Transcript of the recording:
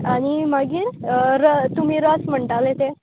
आनी मागीर अं र तुमी रस म्हणटालें तें